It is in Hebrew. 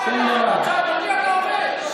על מי אתה עובד,